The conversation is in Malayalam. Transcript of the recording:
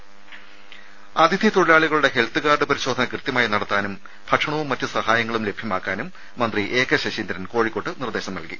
രദേശ അതിഥി തൊഴിലാളികളുടെ ഹെൽത്ത്കാർഡ് പരിശോധന കൃത്യമായി നടത്താനും ഭക്ഷണവും മറ്റ് സഹായങ്ങളും ലഭ്യമാക്കാനും മന്ത്രി എ കെ ശശീന്ദ്രൻ കോഴിക്കോട്ട് നിർദ്ദേശം നൽകി